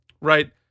Right